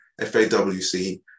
FAWC